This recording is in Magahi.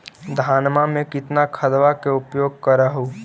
धानमा मे कितना खदबा के उपयोग कर हू?